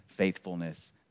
faithfulness